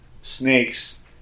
snakes